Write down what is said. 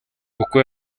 uko